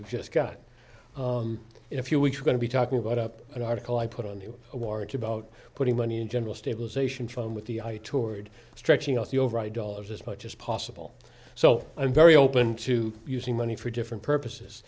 we've just got in a few weeks we're going to be talking about up an article i put on the warrant about putting money in general stabilization fund with the eye toward stretching out the overall dollars as much as possible so i'm very open to using money for different purposes